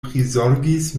prizorgis